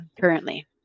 currently